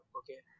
okay